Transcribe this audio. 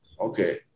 Okay